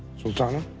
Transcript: sultan?